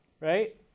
right